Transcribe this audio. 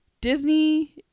Disney